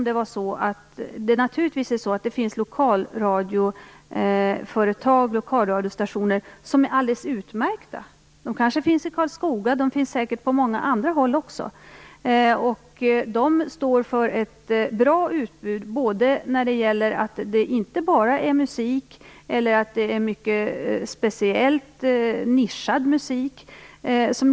Det finns naturligtvis lokalradiostationer som är alldeles utmärkta. De kanske finns i Karlskoga; de finns säkert på många andra håll också. De står för ett bra utbud både när det gäller att inte bara sända musik, eller att sända mycket speciellt nischad musik.